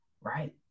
right